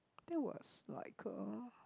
that was like uh